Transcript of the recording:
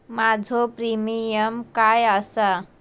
माझो प्रीमियम काय आसा?